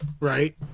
Right